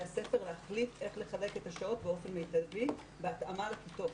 הספר להחליט איך לחלק את השעות באופן מיטבי בהתאמה לכיתות,